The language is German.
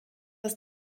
ist